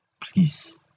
Please